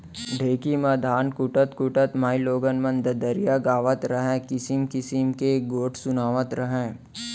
ढेंकी म धान कूटत कूटत माइलोगन मन ददरिया गावत रहयँ, किसिम किसिम के गोठ सुनातव रहयँ